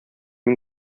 мин